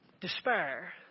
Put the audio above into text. despair